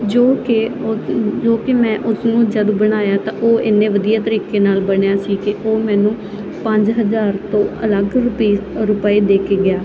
ਜੋ ਕਿ ਜੋ ਕਿ ਮੈਂ ਉਸਨੂੰ ਜਦ ਬਣਾਇਆ ਤਾਂ ਉਹ ਇੰਨੇ ਵਧੀਆ ਤਰੀਕੇ ਨਾਲ ਬਣਿਆ ਸੀ ਕਿ ਉਹ ਮੈਨੂੰ ਪੰਜ ਹਜ਼ਾਰ ਤੋਂ ਅਲੱਗ ਰੁਪੀਜ ਰੁਪਏ ਦੇ ਕੇ ਗਿਆ